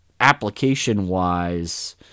application-wise